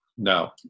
No